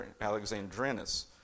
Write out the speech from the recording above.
Alexandrinus